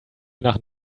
nach